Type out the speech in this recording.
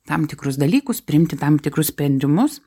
tam tikrus dalykus priimti tam tikrus sprendimus